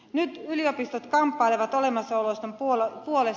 nyt yliopistot kamppailevat olomassaolonsa puolesta